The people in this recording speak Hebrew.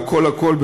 והכול הכול,